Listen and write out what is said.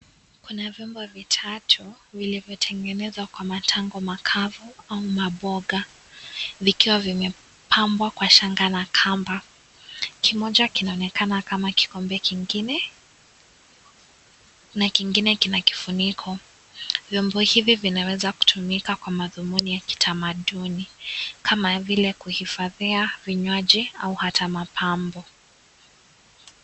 Kuna vyombo vitatu vilivyotengenezwa kwa matango makavu au maboga vikiwa vimepambwa kwa shanga la kamba. Kimoja kinaonekana kama kikombe kingine na kingine kina kifuniko, vyombo hivi vinaweza kutumika kwa madhumuni ya kitamaduni kama vile kuhifadhia vinywaji au hata mapambo.